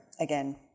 again